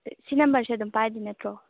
ꯁꯤ ꯅꯝꯕꯔꯁꯦ ꯑꯗꯨꯃ ꯄꯥꯏꯗꯣꯏ ꯅꯠꯇ꯭ꯔꯣ